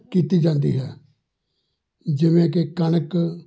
ਕੀਤੀ ਜਾਂਦੀ ਹੈ ਜਿਵੇਂ ਕਿ ਕਣਕ